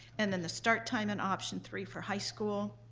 and then the start time in option three for high school,